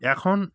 এখন